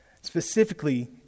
Specifically